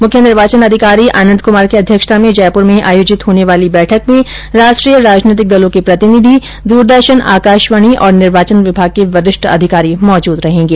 मुख्य निर्वाचन अधिकारी आनंद कुमार की अध्यक्षता में जयपुर में आयोजित होने वाली इस बैठक में राष्ट्रीय राजनीतिक दलों के प्रतिनिधि द्रदर्शन आकाशवाणी और निर्वाचन विभाग के वरिष्ठ अधिकारी मौजूद रहेंगे